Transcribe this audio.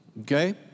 Okay